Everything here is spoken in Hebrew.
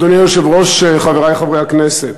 אדוני היושב-ראש, חברי חברי הכנסת,